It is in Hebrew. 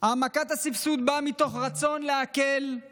העמקת הסבסוד באה מתוך רצון להקל את